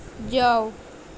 جاؤ